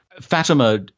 Fatima